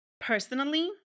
Personally